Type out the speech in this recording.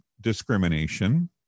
discrimination